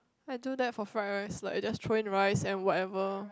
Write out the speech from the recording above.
I do that for fried rice like I just throw in rice and whatever